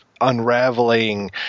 unraveling